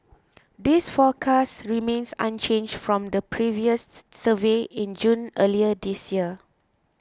this forecast remains unchanged from the previous survey in June earlier this year